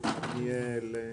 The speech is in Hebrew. כרמיאל?